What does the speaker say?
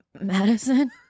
Madison